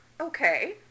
okay